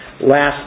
last